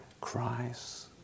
cries